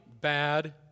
bad